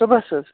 صُبحَس حظ